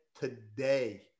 today